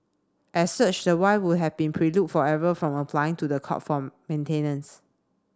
as such the wife would have been forever from applying to the court form maintenance